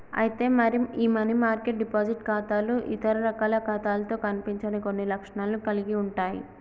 అయితే మరి ఈ మనీ మార్కెట్ డిపాజిట్ ఖాతాలు ఇతర రకాల ఖాతాలతో కనిపించని కొన్ని లక్షణాలను కలిగి ఉంటాయి